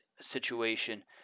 situation